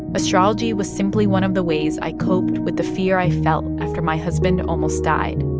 astrology was simply one of the ways i coped with the fear i felt after my husband almost died.